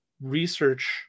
research